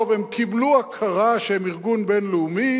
טוב, הם קיבלו הכרה שהם ארגון בין-לאומי,